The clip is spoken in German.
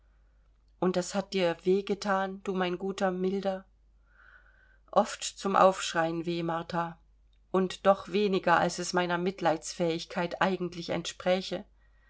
und das hat dir weh gethan du mein guter milder oft zum aufschreien weh martha und doch weniger als es meiner mitleidsfähigkeit eigentlich entspräche